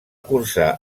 cursar